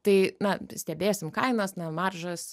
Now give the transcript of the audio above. tai na stebėsim kainas na maržas